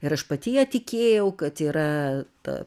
ir aš pati ja tikėjau kad yra ta